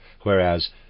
whereas